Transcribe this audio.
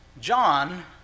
John